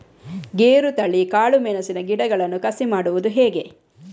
ಗೇರುತಳಿ, ಕಾಳು ಮೆಣಸಿನ ಗಿಡಗಳನ್ನು ಕಸಿ ಮಾಡುವುದು ಹೇಗೆ?